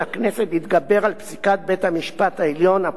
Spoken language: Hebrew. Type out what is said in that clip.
בית-המשפט העליון הפוסלת חוק או סעיף חוק,